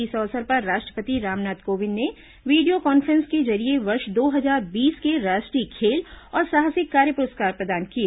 इस अवसर पर राष्ट्र पति रामनाथ कोविंद ने वीडियो कॉन् फ्रेंस के जरिए वर्ष दो हजार बीस के राष्ट्रीय खेल और साहसिक कार्य पुरस्कार प्रदान किए